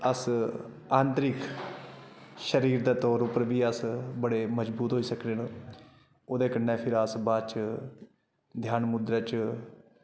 अस आंतरिक शरीर दे तौर उप्पर बी अस बडे़ मजबूत होई सकने न ओह्दे कन्नै फिर अस बाद च ध्यान मुद्रा च